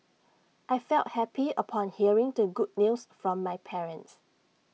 I felt happy upon hearing the good news from my parents